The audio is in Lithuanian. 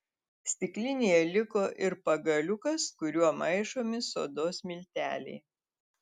stiklinėje liko ir pagaliukas kuriuo maišomi sodos milteliai